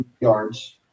yards